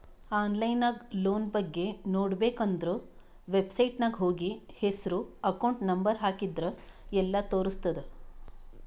online ನಾಗ್ loan ಬಗ್ಗೆ ನೋಡ್ಬೇಕ ಅಂದುರ್ ವೆಬ್ಸೈಟ್ನಾಗ್ ಹೋಗಿ ಹೆಸ್ರು ಅಕೌಂಟ್ ನಂಬರ್ ಹಾಕಿದ್ರ ಎಲ್ಲಾ ತೋರುಸ್ತುದ್